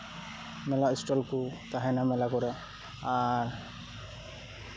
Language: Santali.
ᱢᱮᱞᱟ ᱥᱴᱚᱞ ᱠᱚ ᱛᱟᱦᱮᱸᱱᱟ ᱢᱮᱞᱟ ᱠᱚᱨᱮ ᱟᱨ